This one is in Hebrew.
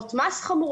עבירות מס חמורות.